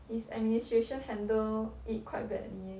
his administration handle it quite badly eh